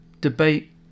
debate